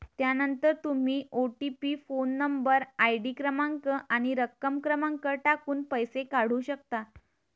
त्यानंतर तुम्ही OTP phone number, ID क्रमांक आणि रक्कम क्रमांक टाकून पैसे काढू शकता